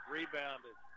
Rebounded